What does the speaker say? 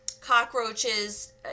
cockroaches